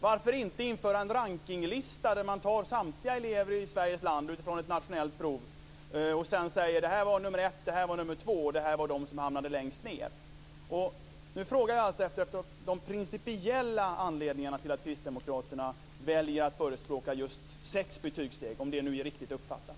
Varför inte införa en rankningslista över samtliga elever i Sveriges land efter ett nationellt prov, där nr 1, nr 2 osv. anges och även vilka som hamnade längst ned? Jag frågar alltså efter de principiella anledningarna till att kristdemokraterna väljer att förespråka just sex betygssteg, om det nu är riktigt uppfattat.